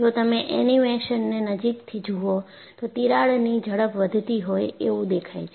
જો તમે એનિમેશનને નજીકથી જોવો તો તીરાડની ઝડપ વધતી હોય એવું દેખાય છે